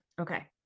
okay